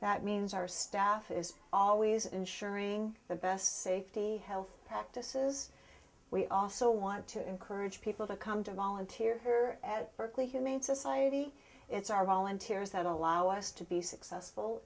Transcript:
that means our staff is always ensuring the best safety health practices we also want to encourage people to come to volunteer at berkeley humane society it's our volunteers that allow us to be successful